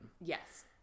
Yes